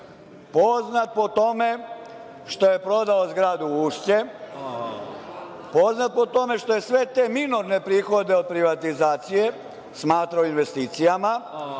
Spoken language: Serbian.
poznat po tome što je prodao zgradu u Ušće, poznat po tome što je sve te minorne prihode od privatizacije smatrao investicijama,